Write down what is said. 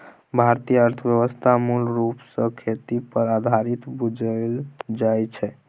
भारतीय अर्थव्यवस्था मूल रूप सँ खेती पर आधारित बुझल जाइ छै